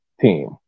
team